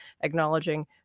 acknowledging